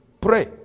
Pray